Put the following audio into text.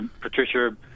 Patricia